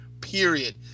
period